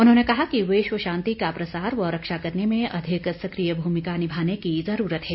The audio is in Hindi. उन्होंने कहा कि विश्व शांति का प्रसार व रक्षा करने में अधिक सकिया भुमिका निभाने की जरूरत है